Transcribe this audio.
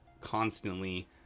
constantly